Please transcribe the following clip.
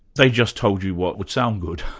they just told you what would sound good.